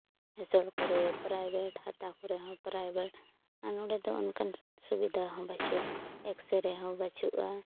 ᱥᱚᱦᱚᱨ ᱠᱚᱨᱮᱜ ᱯᱨᱟᱭᱵᱷᱮᱴ ᱦᱟᱛᱟᱣ ᱠᱚᱨᱮᱫ ᱦᱚᱸ ᱯᱨᱟᱭᱵᱷᱮᱴ ᱟᱨ ᱱᱚᱸᱰᱮ ᱫᱚ ᱚᱱᱠᱟᱱ ᱥᱩᱵᱤᱫᱟ ᱦᱚᱸ ᱵᱟᱹᱪᱩᱜᱼᱟ ᱮᱠ ᱥᱨᱮ ᱦᱚᱸ ᱵᱟᱹᱪᱩᱜᱼᱟ